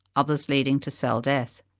others leading to cell death.